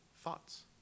thoughts